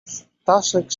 staszek